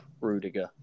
Rudiger